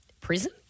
prison